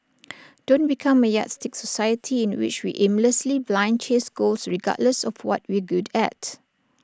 don't become A yardstick society in which we aimlessly blind chase goals regardless of what we're good at